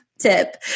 tip